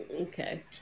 Okay